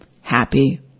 happy